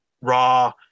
raw